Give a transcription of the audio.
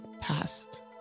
past